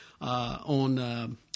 on